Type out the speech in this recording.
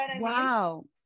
wow